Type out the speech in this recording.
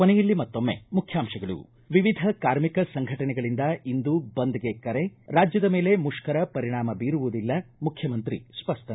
ಕೊನೆಯಲ್ಲಿ ಮತ್ತೊಮ್ಮೆ ಮುಖ್ಯಾಂಶಗಳು ವಿವಿಧ ಕಾರ್ಮಿಕ ಸಂಘಟನೆಗಳಿಂದ ಇಂದು ಬಂದ್ಗೆ ಕರೆ ರಾಜ್ಯದ ಮೇಲೆ ಮುಷ್ಕರ ಪರಿಣಾಮ ಬೀರುವುದಿಲ್ಲ ಮುಖ್ಠಮಂತ್ರಿ ಸ್ಪಷ್ಟನೆ